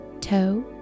toe